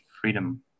freedom